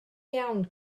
iawn